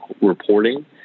reporting